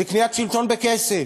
זו קניית שלטון בכסף.